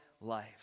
life